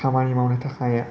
खामानि मावनो थाखाय